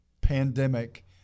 pandemic